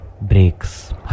breaks